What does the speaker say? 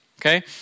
okay